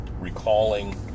recalling